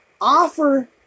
Offer